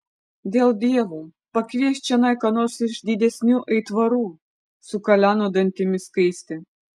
dėl dievo pakviesk čionai ką nors iš didesnių aitvarų sukaleno dantimis skaistė